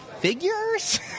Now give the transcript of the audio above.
figures